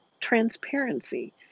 transparency